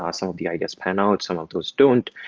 ah some of the ideas pan out. some of those don't.